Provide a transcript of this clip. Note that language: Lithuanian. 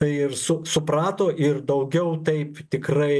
ir su suprato ir daugiau taip tikrai